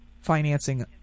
financing